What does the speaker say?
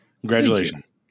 Congratulations